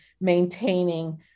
maintaining